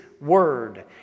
Word